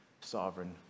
sovereign